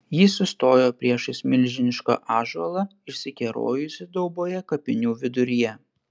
ji sustojo priešais milžinišką ąžuolą išsikerojusį dauboje kapinių viduryje